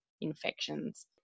infections